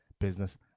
business